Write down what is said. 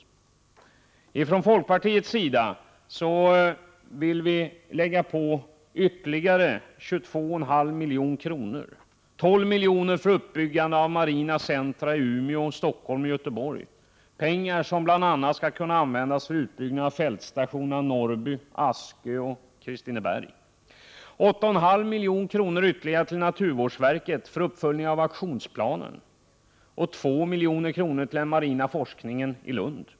Vi vill från folkpartiets sida anslå ytterligare 22,5 milj.kr., 12 milj.kr. för uppbyggande av marina centra i Umeå, Stockholm och Göteborg. Det är pengar som bl.a. skall kunna användas till utbyggnad av fältstationerna Norrby, Askö och Kristineberg. Vi vill anslå 8,5 milj.kr. ytterligare till naturvårdsverket för en uppföljning av aktionsplanen, och 2 milj.kr. till den marina forskningen i Lund.